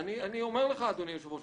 אומר לך אדוני היושב-ראש,